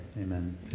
Amen